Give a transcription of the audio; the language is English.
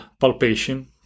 palpation